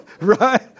right